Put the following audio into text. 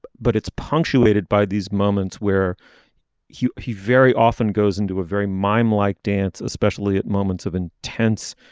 but it's punctuated by these moments where he he very often goes into a very mime like dance especially at moments of intense